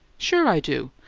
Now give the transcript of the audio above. sure i do!